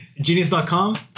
Genius.com